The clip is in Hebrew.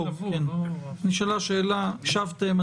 נשאלה שאלה, השבתם.